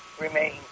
remain